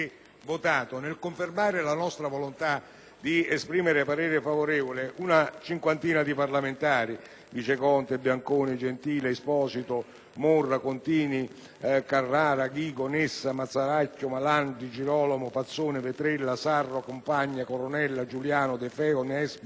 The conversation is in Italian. votato. Nel confermare la nostra volonta di esprimere un voto favorevole, insieme ad una cinquantina di senatori (Viceconte, Bianconi, Gentile, Esposito, Morra, Contini, Carrara, Ghigo, Nessa, Mazzaracchio, Malan, Di Girolamo, Fazzone, Vetrella, Sarro, Compagna, Coronella, Giuliano, De Feo, Nespoli,